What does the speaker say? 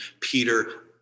Peter